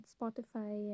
Spotify